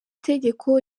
tegeko